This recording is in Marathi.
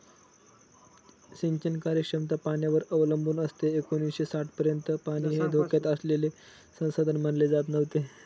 सिंचन कार्यक्षमता पाण्यावर अवलंबून असते एकोणीसशे साठपर्यंत पाणी हे धोक्यात आलेले संसाधन मानले जात नव्हते